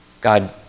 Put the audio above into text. God